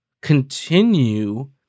continue